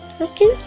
Okay